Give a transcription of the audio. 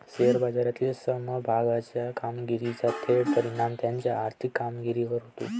share बाजारातील समभागाच्या कामगिरीचा थेट परिणाम त्याच्या आर्थिक कामगिरीवर होतो